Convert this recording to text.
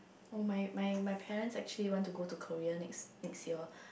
oh my my my parents actually want to go to Korea next next year